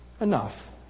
Enough